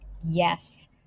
Yes